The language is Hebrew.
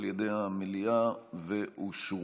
האם מישהו